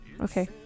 okay